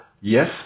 yes